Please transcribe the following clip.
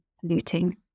polluting